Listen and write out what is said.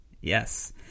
Yes